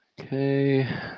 Okay